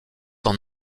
dans